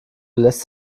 lässt